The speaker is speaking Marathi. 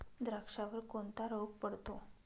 द्राक्षावर कोणता रोग पडतो?